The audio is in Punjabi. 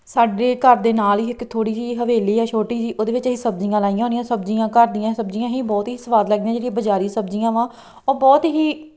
ਸਾਡੇ ਘਰ ਦੇ ਨਾਲ ਹੀ ਇੱਕ ਥੋੜ੍ਹੀ ਜਿਹੀ ਹਵੇਲੀ ਹੈ ਛੋਟੀ ਜਿਹੀ ਓਹਦੇ ਵਿੱਚ ਅਸੀਂ ਸਬਜ਼ੀਆਂ ਲਗਾਈਆਂ ਹੋਈਆਂ ਸਬਜ਼ੀਆਂ ਘਰ ਦੀਆਂ ਸਬਜ਼ੀਆਂ ਹੀ ਬਹੁਤ ਹੀ ਸੁਆਦ ਲੱਗਦੀਆਂ ਜਿਹੜੀਆਂ ਬਜ਼ਾਰੀ ਸਬਜ਼ੀਆਂ ਵਾ ਉਹ ਬਹੁਤ ਹੀ